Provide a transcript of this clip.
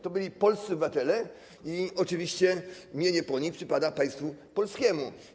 To byli polscy obywatele i oczywiście mienie po nich przypada państwu polskiemu.